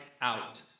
out